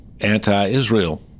anti-israel